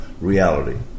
reality